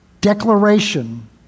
declaration